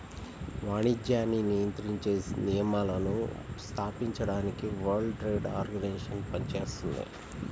వాణిజ్యాన్ని నియంత్రించే నియమాలను స్థాపించడానికి వరల్డ్ ట్రేడ్ ఆర్గనైజేషన్ పనిచేత్తుంది